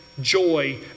joy